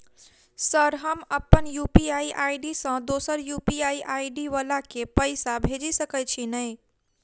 Sir हम अप्पन UPI ID सँ दोसर यु.पी.आई आई.डी वला केँ पैसा भेजि सकै छी नै?